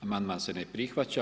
Amandman se ne prihvaća.